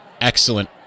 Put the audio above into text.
excellent